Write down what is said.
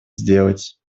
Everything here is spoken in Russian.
сделать